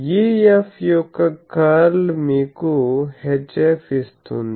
EF యొక్క curl మీకు HF ఇస్తుంది